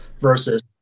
Versus